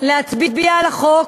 להצביע על החוק.